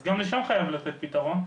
אז גם לשם חייבים לתת פתרון.